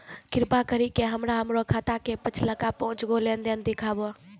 कृपा करि के हमरा हमरो खाता के पिछलका पांच गो लेन देन देखाबो